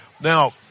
Now